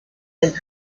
del